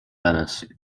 venice